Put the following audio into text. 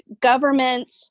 government